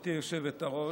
גברתי היושבת-ראש,